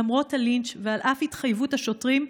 למרות הלינץ' ועל אף התחייבות השוטרים,